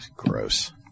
Gross